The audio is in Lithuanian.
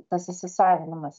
tas įsisavinimas